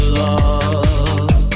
love